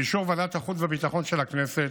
באישור ועדת החוץ והביטחון של הכנסת,